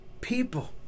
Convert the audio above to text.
people